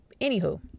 anywho